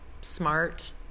smart